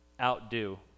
outdo